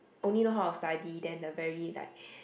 only know how to study then the very like